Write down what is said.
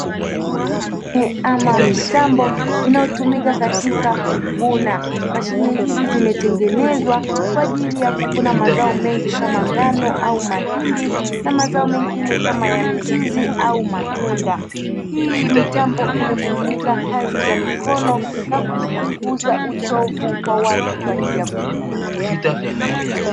Mashine ama mitambo inayotumika katika kuvuna. Mashine hizi zimetengenezwa kwa ajili ya kuvuna mazao mengi kama ngano au mahindi na mazao mengine kama ya mizizi au matunda. Hii mitambo imepunguza kazi za mikono na kupunguza uchovu kwa watu kwa ajili ya kuvuna.